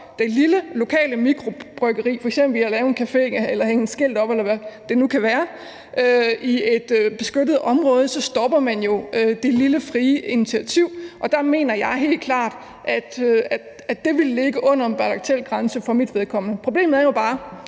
det lille lokale mikrobryggeri i f.eks. at lave en café eller hænge et skilt op, eller hvad det nu kan være, i et beskyttet område, så stopper man jo det lille, frie initiativ, og der mener jeg helt klart, at det vil ligge under en bagatelgrænse for mit vedkommende. Problemet er bare,